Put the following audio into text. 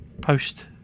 post